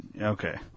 Okay